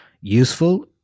useful